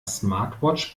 smartwatch